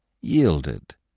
yielded